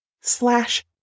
slash